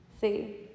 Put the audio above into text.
See